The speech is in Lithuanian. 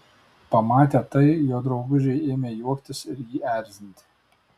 pamatę tai jo draugužiai ėmė juoktis ir jį erzinti